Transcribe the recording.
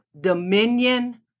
dominion